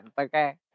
okay